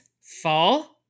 Fall